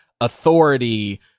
authority